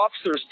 officers